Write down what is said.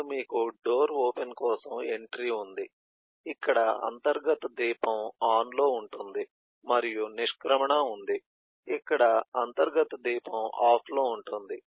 అప్పుడు మీకు door open కోసం ఎంట్రీ ఉంది ఇక్కడ అంతర్గత దీపం ఆన్లో ఉంటుంది మరియు నిష్క్రమణ ఉంది ఇక్కడ అంతర్గత దీపం ఆఫ్లో ఉంటుంది